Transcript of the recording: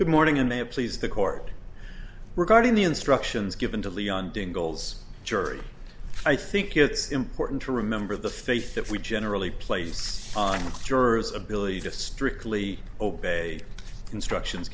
good morning and they have please the court regarding the instructions given to leon dingell's jury i think it's important to remember the faith that we generally place on jurors ability to strictly the obey instructions